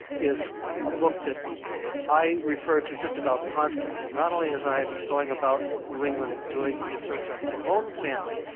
is a book that i refer to just about constantly, not only only as i'm going about new england doing research on my own family,